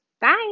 Bye